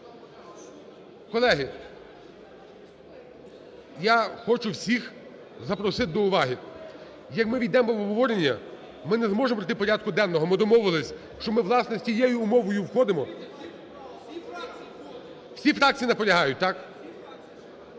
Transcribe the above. Колеги, я хочу всіх запросити до уваги. Як ми ввійдемо в обговорення, ми не зможемо пройти порядку денного. Ми домовились, що ми, власне, з цією умовою входимо. Всі фракції наполягають, так?